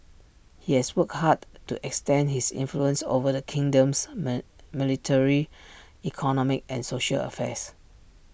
he has worked hard to extend his influence over the kingdom's military economic and social affairs